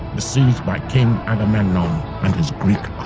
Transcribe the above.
besieged by king agamemnon and his greek